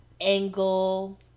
angle